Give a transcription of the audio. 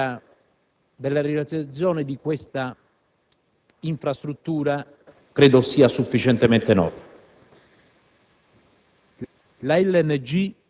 La storia della realizzazione di questa infrastruttura credo sia sufficientemente nota.